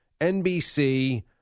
NBC